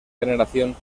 generación